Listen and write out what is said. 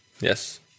Yes